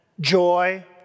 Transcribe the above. Joy